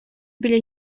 біля